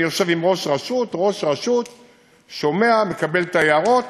אני יושב עם כל ראש רשות, שומע, מקבל את ההערות,